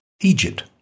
Egypt